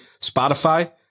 Spotify